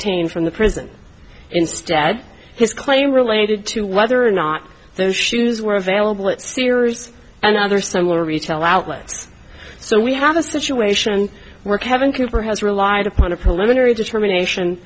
obtained from the prison instead his claim related to whether or not those shoes were available at sears and other similar retail outlets so we have a situation where kevin cooper has relied upon a preliminary determination